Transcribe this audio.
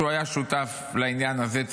והוא היה שותף לעניין הזה,